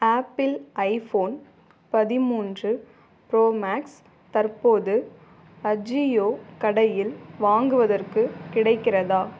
apple iPhone பதிமூன்று Pro Max தற்போது அஜியோ கடையில் வாங்குவதற்கு கிடைக்கிறதா